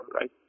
right